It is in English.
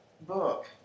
book